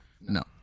No